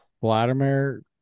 Vladimir